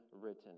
written